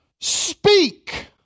speak